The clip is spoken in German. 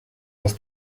das